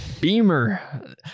Beamer